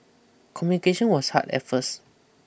communication was hard at first